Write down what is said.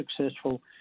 successful